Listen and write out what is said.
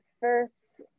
first